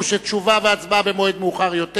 שתשובה והצבעה יהיו במועד מאוחר יותר,